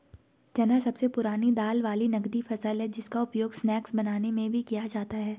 चना सबसे पुरानी दाल वाली नगदी फसल है जिसका उपयोग स्नैक्स बनाने में भी किया जाता है